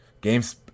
Games